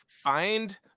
Find